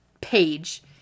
page